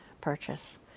Purchase